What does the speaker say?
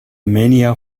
mania